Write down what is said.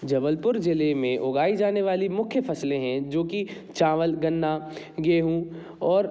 जबलपुर जिले में उगाई जाने वाली मुख्य फसलें हैं जो कि चावल गन्ना गेंहूँ और